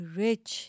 rich